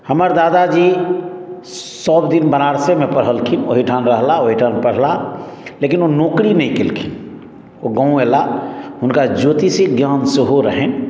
हमर दादाजी सबदिन बनारसे मे पढ़लखिन ओहि ठाम रहलाह ओहि ठाम पढला लेकिन ओ नौकरी नहि केलखिन ओ गाँव एला हुनका ज्योतिषके ज्ञान सेहो रहनि